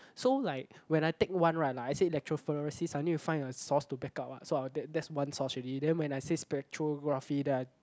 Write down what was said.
so like when I take one right like I said electrophoresis I need to find a source to back up what so that that's one source already then when I say spectrography then